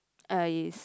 uh is